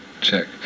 Check